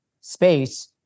space